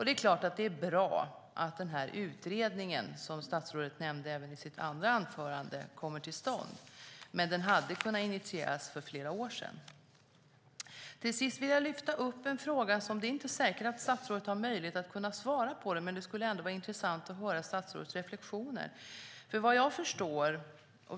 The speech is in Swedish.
Det är klart att det är bra att den här utredningen, som statsrådet nämnde även i sitt andra anförande, kommer till stånd. Men den hade kunnat initieras för flera år sedan. Till sist vill jag lyfta upp en fråga. Det är inte säkert att statsrådet har möjlighet att svara på den, men det skulle vara intressant att höra statsrådets reflexioner.